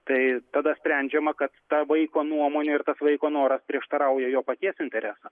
tai tada sprendžiama kad ta vaiko nuomonė ir tas vaiko noras prieštarauja jo paties interesams